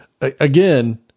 again